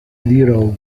zero